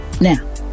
Now